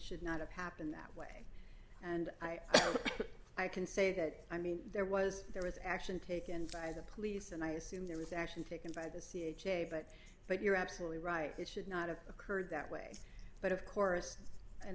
should not have happened that way and i think i can say that i mean there was there was action taken by the police and i assume there was action taken by the c a j but that you're absolutely right it should not have occurred that way but of course and